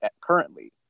currently